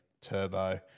Turbo